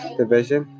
division